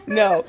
no